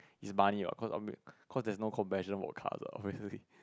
is money what cause cause there is no compassion for car what obviously